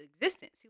existence